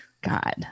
God